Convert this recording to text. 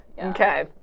Okay